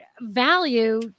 value